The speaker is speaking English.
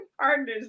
partner's